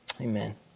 amen